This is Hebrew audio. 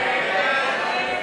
להצביע.